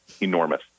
enormous